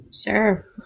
sure